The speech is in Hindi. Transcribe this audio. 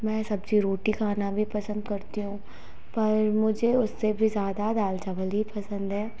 मैं सब्जी रोटी खाना भी पसंद करती हूँ पर मुझे उससे भी ज़्यादा दाल चावल ही पसंद है